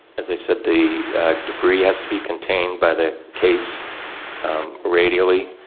as i said, the debris has to be contained by the case radially,